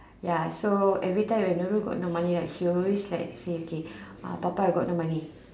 ya so every time when Nurul got no money right she will always like say okay uh papa got no money